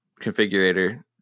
configurator